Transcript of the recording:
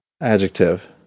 Adjective